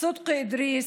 סדקי אדריס,